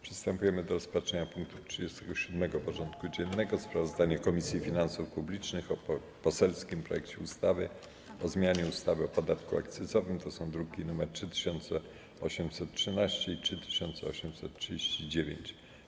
Przystępujemy do rozpatrzenia punktu 37. porządku dziennego: Sprawozdanie Komisji Finansów Publicznych o poselskim projekcie ustawy o zmianie ustawy o podatku akcyzowym (druki nr 3813 i 3839)